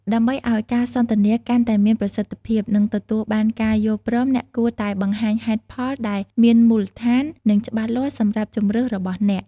ដើម្បីឲ្យការសន្ទនាកាន់តែមានប្រសិទ្ធភាព និងទទួលបានការយល់ព្រម, អ្នកគួរតែបង្ហាញហេតុផលដែលមានមូលដ្ឋាន និងច្បាស់លាស់សម្រាប់ជម្រើសរបស់អ្នក។។